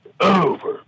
over